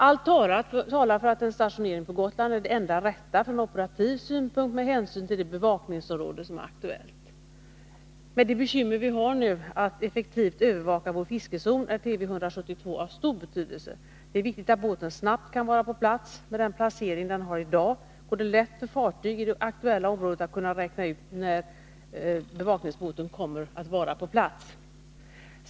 Allt talar för att en stationering på Gotland är det enda rätta från operativ synpunkt med hänsyn till det bevakningsområde som är aktuellt. Med tanke på de bekymmer vi nu har att effektivt övervaka vår fiskezon är Tv 172 av stor betydelse. Det är viktigt att båten snabbt kan vara på plats. Med den placering båten i dag har, går det lätt för besättningen på fartyg i det aktuella området att räkna ut när bevakningsbåten kommer att vara på plats.